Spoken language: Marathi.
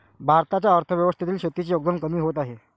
भारताच्या अर्थव्यवस्थेतील शेतीचे योगदान कमी होत आहे